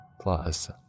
Plus